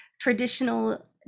traditional